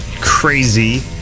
crazy